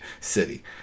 city